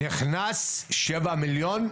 נכנס שבעה מיליון,